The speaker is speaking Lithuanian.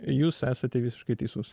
jūs esate visiškai teisus